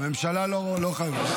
הממשלה לא חייבת.